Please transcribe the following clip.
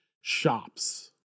shops